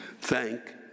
thank